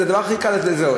זה הדבר שהכי קל לזהות.